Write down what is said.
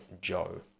Joe